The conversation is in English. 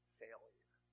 failure